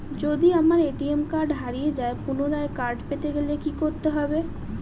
যদি আমার ATM card হারিয়ে যায় পুনরায় কার্ড পেতে গেলে কি করতে হবে?